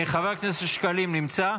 חבר הכנסת שקלים נמצא?